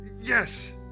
Yes